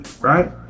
right